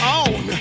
on